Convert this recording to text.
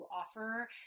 offer